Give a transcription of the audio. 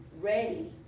ready